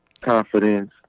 confidence